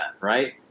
right